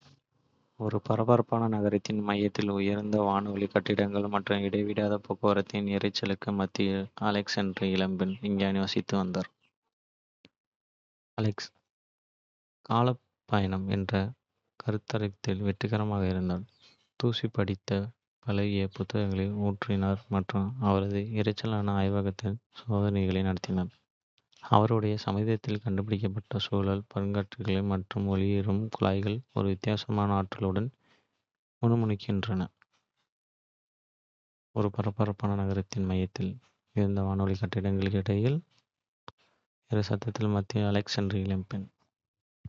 ஒரு பரபரப்பான நகரத்தின் மையத்தில், உயர்ந்த வானளாவிய கட்டிடங்கள் மற்றும் இடைவிடாத போக்குவரத்தின் இரைச்சலுக்கு மத்தியில், அலெக்ஸ் என்ற இளம். விஞ்ஞானி வசித்து வந்தார். அலெக்ஸ் காலப் பயணம் என்ற கருத்தாக்கத்தில் வெறித்தனமாக இருந்தார், தூசி படிந்த பழைய புத்தகங்களை ஊற்றினார் மற்றும் அவரது. இரைச்சலான ஆய்வகத்தில் சோதனைகளை நடத்தினார். அவருடைய சமீபத்திய கண்டுபிடிப்பான சுழலும் பற்சக்கரங்கள் மற்றும் ஒளிரும் குழாய்கள் ஒரு விசித்திரமான ஆற்றலுடன் முணுமுணுக்கின்றன.